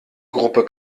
gruppe